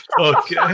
Okay